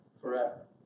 forever